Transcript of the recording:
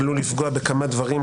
עלול לפגוע בכמה דברים,